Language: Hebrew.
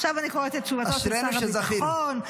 אשרינו שזכינו.